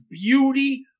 beauty